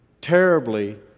terribly